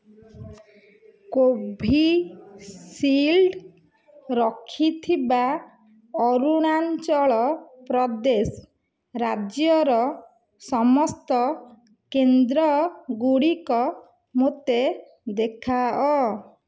Covishield ରଖିଥିବା ଅରୁଣାଚଳ ପ୍ରଦେଶ ରାଜ୍ୟର ସମସ୍ତ କେନ୍ଦ୍ର ଗୁଡ଼ିକ ମୋତେ ଦେଖାଅ